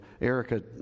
Erica